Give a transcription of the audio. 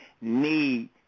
need